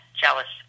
jealous